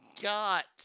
got